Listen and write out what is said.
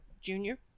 Junior